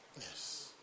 Yes